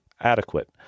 adequate